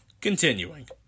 Continuing